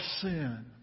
sin